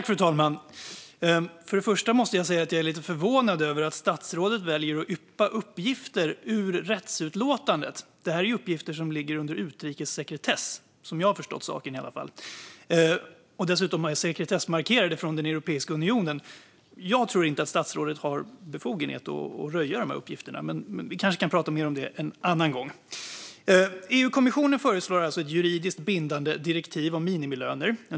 Fru talman! Till att börja med måste jag säga att jag är lite förvånad över att statsrådet väljer att yppa uppgifter ur rättsutlåtandet. Detta är uppgifter som ligger under utrikessekretess, i alla fall som jag förstått saken, och som dessutom är sekretessmarkerade från Europeiska unionen. Jag tror inte att statsrådet har befogenhet att röja de här uppgifterna, men det kanske vi kan prata mer om en annan gång. EU-kommissionen föreslår alltså ett juridiskt bindande direktiv om minimilöner.